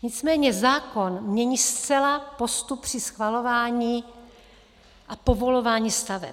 Nicméně zákon mění zcela postup při schvalování a povolování staveb.